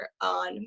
on